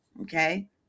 okay